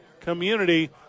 community